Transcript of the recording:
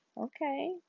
Okay